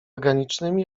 ganicznymi